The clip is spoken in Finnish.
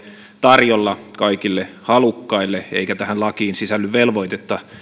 tarjolla kaikille halukkaille eikä tähän lakiin sisälly velvoitetta